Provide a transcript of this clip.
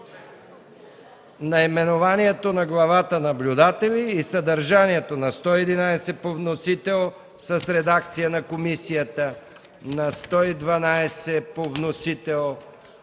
наименованието на Главата „Наблюдатели” и съдържанието на чл. 111 по вносител, с редакция на комисията, на чл. 112 по вносител,